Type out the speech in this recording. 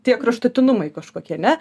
tie kraštutinumai kažkokie ne